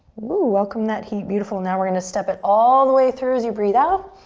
woo! welcome that heat. beautiful, now we're gonna step it all the way through as you breathe out.